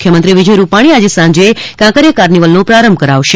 મુખ્યમંત્રી વિજય રૂપાણી આજે સાંજે કાંકરિયા કાર્નિવલનો પ્રારંભ કરાવશે